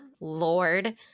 Lord